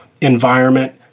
environment